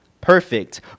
perfect